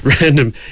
...random